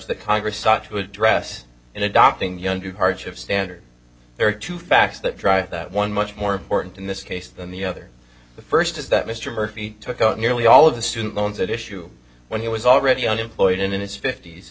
the congress ought to address in adopting the under hardship standard there are two facts that drive that one much more important in this case than the other the first is that mr murphy took out nearly all of the student loans at issue when he was already unemployed and in his fift